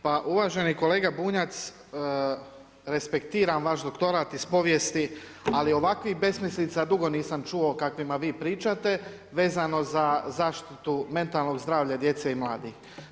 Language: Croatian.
Pa uvaženi kolega Bunjac respektiram vaš doktorat iz povijesti ali ovakvih besmislica dugo nisam čuo o kakvima vi pričate vezano za zaštitu mentalnog zdravlja djece i mladih.